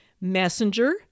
Messenger